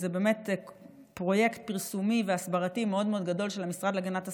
זה באמת פרויקט פרסומי והסברתי מאוד מאוד גדול של המשרד להגנת הסביבה.